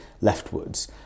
leftwards